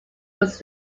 was